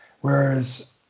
whereas